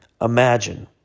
Imagine